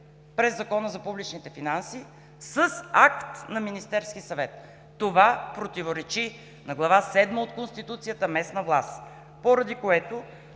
през Закона за публичните финанси с акт на Министерски съвет. Това противоречи на Глава седма от Конституцията „Местна власт“, поради което